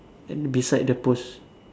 then beside the post